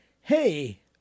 hey